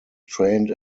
trained